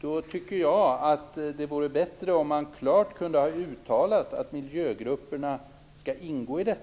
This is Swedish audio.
Då tycker jag att det vore bättre om man klart hade kunnat uttala att miljögrupperna skulle ingå i